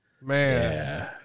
Man